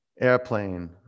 Airplane